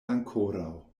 ankoraŭ